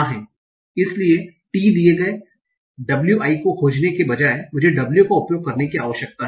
इसलिए t दिए गए wi को खोजने के बजाय मुझे w का उपयोग करने की आवश्यकता है